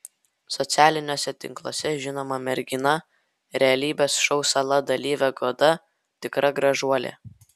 socialiniuose tinkluose žinoma mergina realybės šou sala dalyvė goda tikra gražuolė